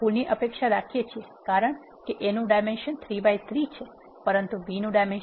આપણે ભૂલની અપેક્ષા રાખીએ છીએ કારણ કે A નું ડાઇમેન્શન 3 by 3 છે પરંતુ B નું ડાઇમેન્શન 1 by 3 છે